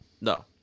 No